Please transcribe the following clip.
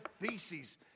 theses